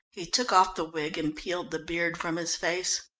he took off the wig and peeled the beard from his face.